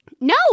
No